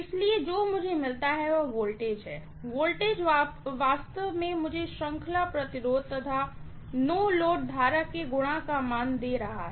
इसलिए जो मुझे मिलता है वह वोल्टेज है वोल्टेज वास्तव में मुझे सीरीज रेजिस्टेंस तथा नो लोड करंट के गुणा का मान दे रहा है